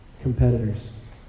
competitors